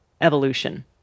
evolution